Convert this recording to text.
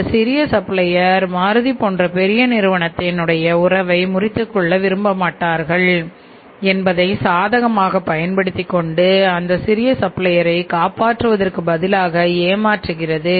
அந்த சிறிய சப்ளையர் காப்பாற்றுவதற்கு பதிலாக ஏமாற்றுகிறது